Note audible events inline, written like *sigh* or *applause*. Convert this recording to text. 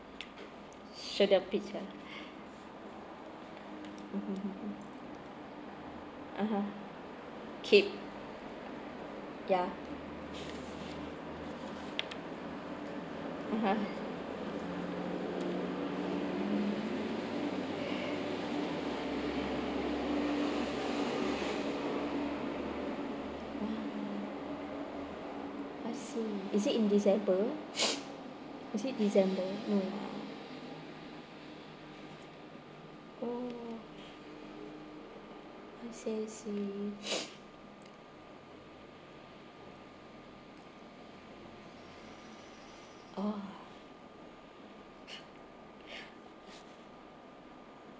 show the picture mmhmm hmm (uh huh) keep ya (uh huh) !wah! I see is it in december *breath* is it december mm oh I see I see *breath* !whoa!